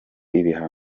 ibihano